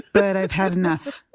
but i've had enough.